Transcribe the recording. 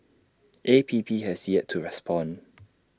A P P has yet to respond